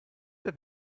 der